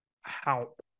help